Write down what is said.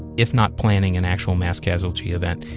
if not planning an actual mass casualty event,